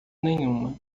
nenhuma